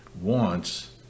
wants